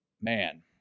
man